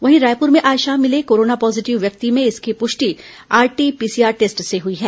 वहीं रायपुर में आज शाम मिले कोरोना पॉजीटिव व्यक्ति में इसकी पुष्टि आरटी पीसीआर टेस्ट से हुई है